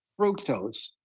fructose